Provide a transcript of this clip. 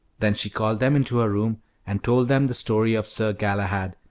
then she called them into her room and told them the story of sir galahad,